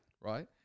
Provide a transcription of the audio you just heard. Right